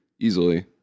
easily